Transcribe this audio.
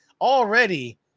already